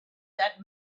that